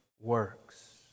works